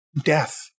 death